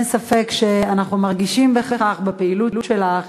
אין ספק שאנחנו מרגישים בכך בפעילות שלך,